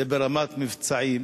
זה ברמת המבצעים.